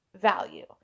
value